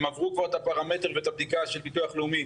הן עברו כבר את הפרמטר ואת הבדיקה של ביטוח לאומי,